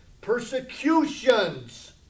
Persecutions